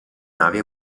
navi